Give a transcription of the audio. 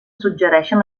suggereixen